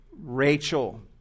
Rachel